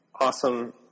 awesome